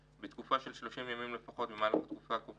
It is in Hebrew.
לתקופה של 8 ימים לפחות לשירות חירום בתקופה הקובעת